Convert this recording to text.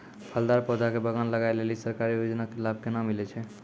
फलदार पौधा के बगान लगाय लेली सरकारी योजना के लाभ केना मिलै छै?